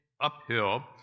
uphill